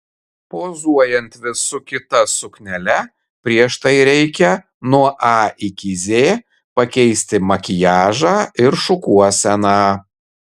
pozuojant vis su kita suknele prieš tai reikia nuo a iki z pakeisti makiažą ir šukuoseną